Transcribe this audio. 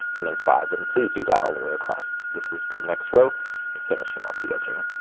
and then five, and please do that all the way across. this is the next row finishing off the edging.